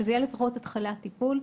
שזאת תהיה לפחות התחלת טיפול.